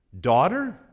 Daughter